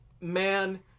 man